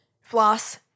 floss